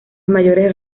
mayores